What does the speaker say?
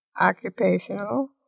occupational